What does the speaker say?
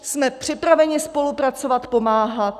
Jsme připraveni spolupracovat, pomáhat!